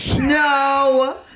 No